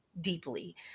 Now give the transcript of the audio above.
deeply